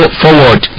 forward